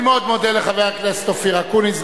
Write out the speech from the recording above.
אני מאוד מודה לחבר הכנסת אופיר אקוניס,